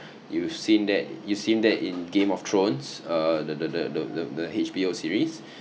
you've seen that you've seen that in game of thrones uh the the the the the the H_B_O series